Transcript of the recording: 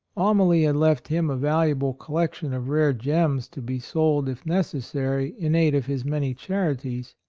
amalie had left him a valuable collection of rare gems to be sold if necessary in aid of his many charities.